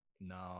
no